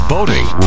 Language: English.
Boating